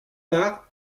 par